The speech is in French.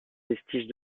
vestiges